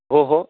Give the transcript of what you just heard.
ओ हो